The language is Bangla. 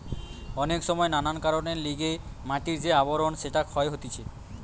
অনেক সময় নানান কারণের লিগে মাটির যে আবরণ সেটা ক্ষয় হতিছে